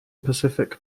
pacific